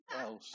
else